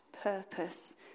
purpose